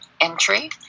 entry